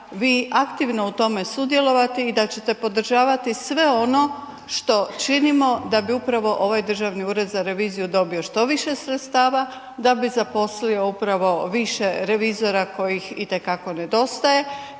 vi aktivno u tome sudjelovati i da ćete podržavati sve ono što činimo, da bi upravo ovaj Državni ured za reviziju dobio što više sredstava, da bi zaposlio, upravo više revizora kojih itekako nedostaje